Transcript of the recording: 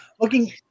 Looking